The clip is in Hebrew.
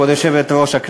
כבוד היושבת-ראש,